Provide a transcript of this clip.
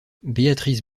béatrice